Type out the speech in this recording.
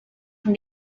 from